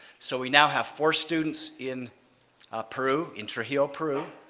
so we now have four students in peru, in trujillo, peru.